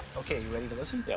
okay, you ready to listen?